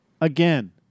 again